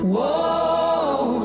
Whoa